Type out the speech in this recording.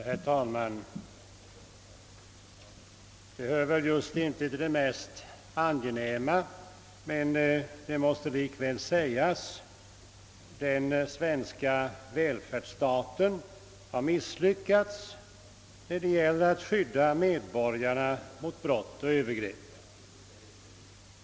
Herr talman! Det hör just inte till det mest angenäma, men det måste likväl sägas: Den svenska välfärdsstaten har misslyckats när det gäller att skydda medborgarna mot brott och övergrepp.